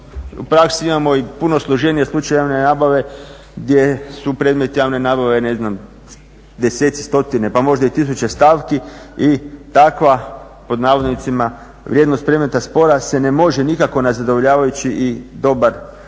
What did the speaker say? u praksi imamo i puno složenije slučajeve javne nabave gdje su predmet javne nabave ne znam deseci, stotine pa možda i tisuće stavki i takva "vrijednost predmeta spora" se ne može nikako na zadovoljavajući i dobar način